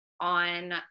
on